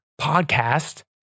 podcast